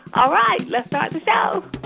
all right, let's but so